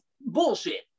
bullshit